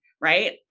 right